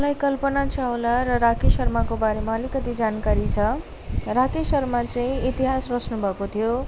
मलाई कल्पना चाउला र राकेस शर्माको बारेमा अलिकति जानकारी छ राकेस शर्मा चाहिँ इतिहास रच्नु भएको थियो